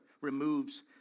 removes